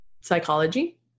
psychology